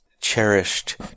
cherished